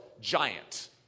giant